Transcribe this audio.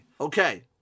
Okay